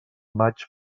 maig